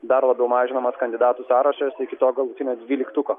dar labiau mažinamas kandidatų sąrašas iki to galutinio dvyliktuko